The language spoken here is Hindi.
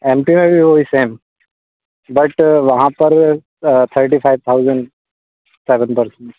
एम पी में भी वही सेम बट वहाँ पर thirty five thousand seven persons